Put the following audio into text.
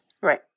Right